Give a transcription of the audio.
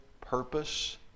purpose